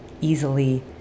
easily